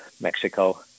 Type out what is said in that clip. Mexico